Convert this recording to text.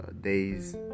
days